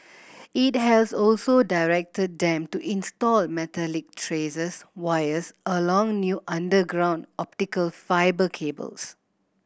it has also directed them to install metallic tracers wires along new underground optical fibre cables